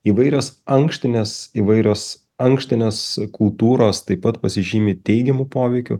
įvairios ankštinės įvairios ankštinės kultūros taip pat pasižymi teigiamu poveikiu